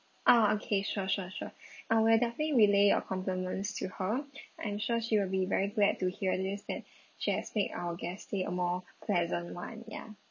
ah okay sure sure sure uh we'll definitely relay your compliments to her I'm sure she will be very glad to hear this that she has made our guest stay a more pleasant one ya